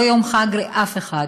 לא יום חג לאף אחד.